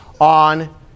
on